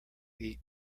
eat